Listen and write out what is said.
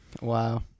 Wow